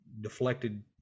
deflected